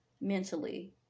mentally